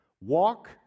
walk